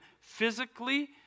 physically